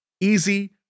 easy